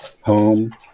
home